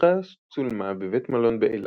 הסדרה צולמה בבית מלון באילת,